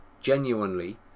Genuinely